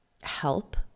help